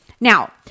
Now